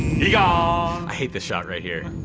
yeah ah um i hate this shot right here.